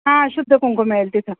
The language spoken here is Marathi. हां शुद्ध कुंकू मिळेल तिथं